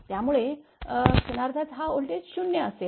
त्यामुळे क्षणार्धात हा व्होल्टेज 0 असेल